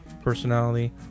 Personality